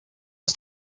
was